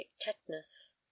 tetanus